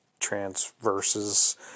transverses